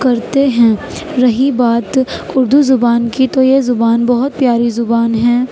کرتے ہیں رہی بات اردو زبان کی تو یہ زبان بہت پیاری زبان ہے